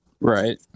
Right